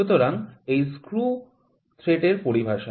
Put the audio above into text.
সুতরাং এইগুলি স্ক্রু থ্রেডের পরিভাষা